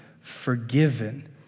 forgiven